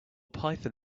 python